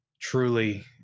Truly